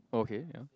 okay ya